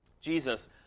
Jesus